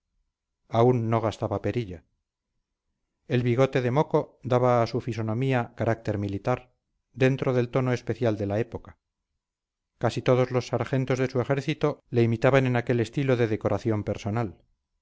aún no gastaba perilla el bigote de moco daba a su fisonomía carácter militar dentro del tono especial de la época casi todos los sargentos de su ejército le imitaban en aquel estilo de decoración personal